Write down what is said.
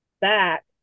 back